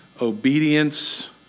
obedience